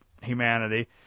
humanity